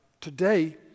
today